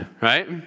Right